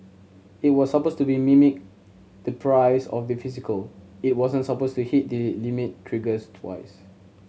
it was supposed to mimic the price of the physical it wasn't supposed to hit the limit triggers twice